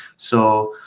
so